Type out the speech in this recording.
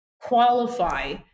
qualify